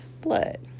blood